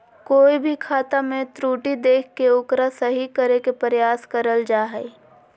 कोय भी खाता मे त्रुटि देख के ओकरा सही करे के प्रयास करल जा हय